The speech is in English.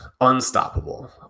unstoppable